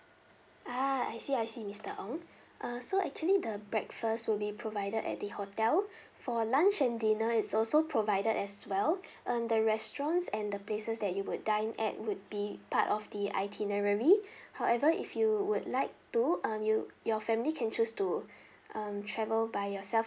ah I see I see mister ong uh so actually the breakfast will be provided at the hotel for lunch and dinner is also provided as well um the restaurants and the places that you would dine at would be part of the itinerary however if you would like to um you your family can choose to um travel by yourself